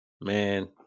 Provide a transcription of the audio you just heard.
man